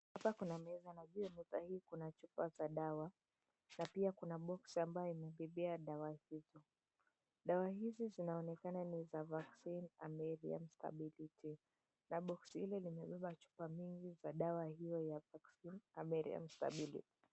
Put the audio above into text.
Hapa kuna meza na juu ya meza hii kuna chupa za dawa na pia kuna boksi ambayo imebebea dawa hizo. Dawa hizi zinaonekana ni za, Vaccin Amaril Stabiliser, na boksi hili limebeba chupa mingi za dawa hiyo ya Vaccin Amaril Stabiliser.